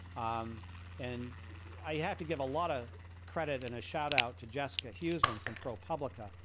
um and i have to give a lot of credit and a shout out to jessica houston from propublica,